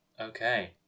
Okay